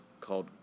called